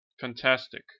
fantastic